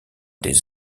des